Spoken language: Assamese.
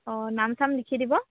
অঁ নাম চাম লিখি দিব